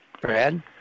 Brad